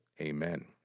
Amen